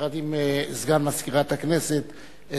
יחד עם סגן מזכירת הכנסת,